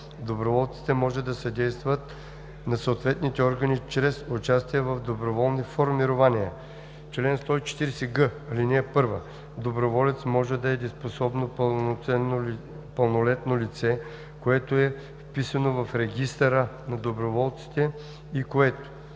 Доброволците може да съдействат на съответните органи чрез участие в доброволни формирования. Чл. 140г. (1) Доброволец може да е дееспособно пълнолетно лице, което е вписано в регистъра на доброволците и което: